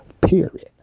period